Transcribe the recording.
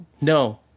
No